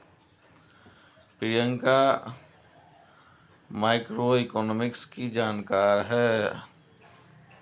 Priyanka macroeconomics की जानकार है